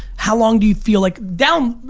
how long do you feel like, down,